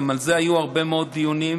גם על זה היו הרבה מאוד דיונים,